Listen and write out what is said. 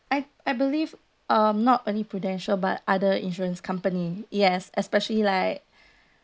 I I believe um not only prudential but other insurance company yes especially like